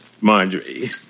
Marjorie